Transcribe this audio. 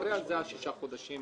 במקרה הזה תוך שישה חודשים.